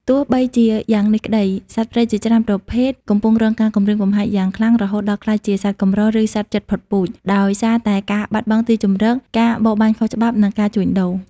ទោះបីជាយ៉ាងនេះក្តី សត្វព្រៃជាច្រើនប្រភេទកំពុងរងការគំរាមកំហែងយ៉ាងខ្លាំង រហូតដល់ក្លាយជា សត្វកម្រ ឬ សត្វជិតផុតពូជ ដោយសារតែការបាត់បង់ទីជម្រក ការបរបាញ់ខុសច្បាប់ និងការជួញដូរ។